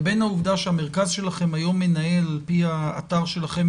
לבין העובדה שהמרכז שלכם היום מנהל על פי האתר שלכם,